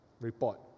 report